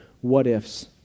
what-ifs